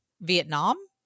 Vietnam